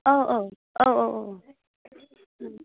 औ औ